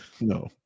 no